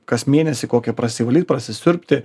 kas mėnesį kokią prasivalyt prasisiurbti